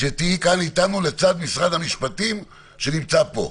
שתהיי כאן איתנו לצד משרד המשפטים שנמצא פה.